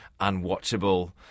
unwatchable